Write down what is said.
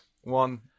One